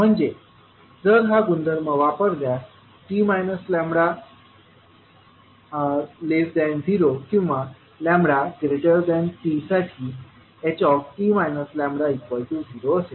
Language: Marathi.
म्हणजे जर हा गुणधर्म वापरल्यास t λ0किंवा λt साठी h t λ 0 असेल